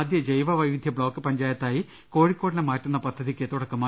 സംസ്ഥാനത്തെ ആദ്യ ജൈവവൈവിധ്യ ബ്ലോക്ക് പഞ്ചായ ത്തായി കോഴിക്കോടിനെ മാറ്റുന്ന പദ്ധതിക്ക് തുടക്കമായി